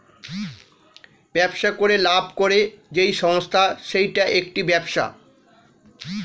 ব্যবসা করে লাভ করে যেই সংস্থা সেইটা একটি ব্যবসা